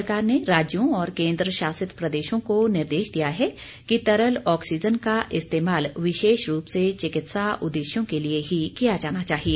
सरकार ने राज्यों और केन्द्र शासित प्रदेशों को निर्देश दिया है कि तरल ऑक्सीजन का इस्तेमाल विशेष रूप से चिकित्सा उद्देश्यों के लिए ही किया जाना चाहिए